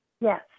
yes